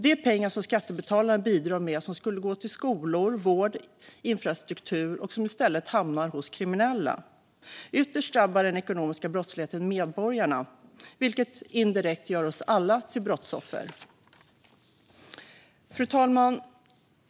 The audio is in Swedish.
Detta är pengar som skattebetalarna bidrar med och som skulle gå till skolor, vård och infrastruktur men i stället hamnar hos kriminella. Ytterst drabbar den ekonomiska brottsligheten medborgarna, vilket indirekt gör oss alla till brottsoffer. Fru talman!